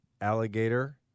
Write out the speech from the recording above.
alligator